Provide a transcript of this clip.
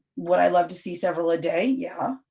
would i love to see several a day? yeah.